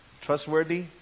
Trustworthy